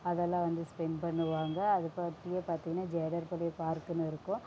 அதெல்லாம் வந்து ஸ்பென் பண்ணுவாங்க அதுக்கு பக்கத்துலேயே பார்த்திங்கன்னா ஜேகர்பாளையம் பார்க்குனு இருக்கும்